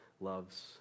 loves